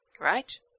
right